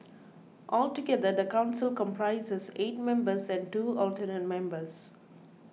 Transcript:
altogether the council comprises eight members and two alternate members